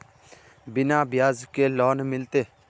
बिना ब्याज के लोन मिलते?